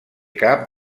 cap